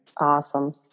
Awesome